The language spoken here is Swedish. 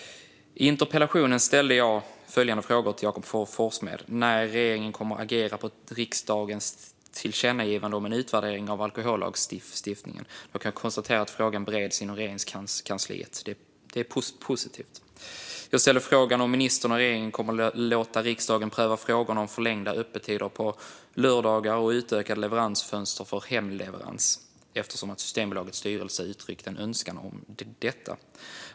I interpellationen ställde jag frågan till Jakob Forssmed när regeringen kommer att agera på riksdagens tillkännagivande om en utvärdering av alkohollagstiftningen. Jag kan konstatera att frågan bereds inom Regeringskansliet. Det är positivt. Jag ställde frågan om ministern och regeringen kommer att låta riksdagen pröva frågorna om förlängda öppettider på lördagar och utökade leveransfönster för hemleverans, med anledning av att Systembolagets styrelse har uttryckt en önskan om detta.